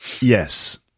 Yes